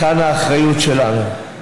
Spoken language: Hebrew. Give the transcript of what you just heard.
היכן האחריות שלנו?